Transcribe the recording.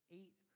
eight